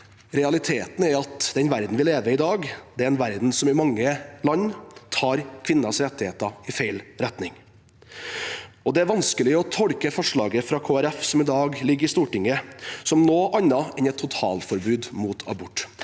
Realiteten er at den verden vi lever i i dag, er en verden som i mange land tar kvinners rettigheter i feil retning. Det er vanskelig å tolke forslaget fra Kristelig Folkeparti som i dag ligger i Stortinget, som noe annet enn et totalforbud mot abort.